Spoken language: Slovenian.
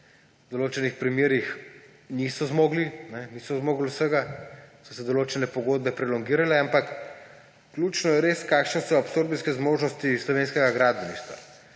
v določenih primerih niso zmogle vsega, so se določene pogodbe prolongirale, ampak ključno je res, kakšne so absorpcijske zmožnosti slovenskega gradbeništva.